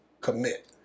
commit